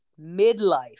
midlife